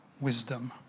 wisdom